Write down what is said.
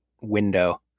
window